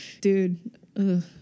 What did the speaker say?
Dude